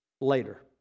later